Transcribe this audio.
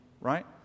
right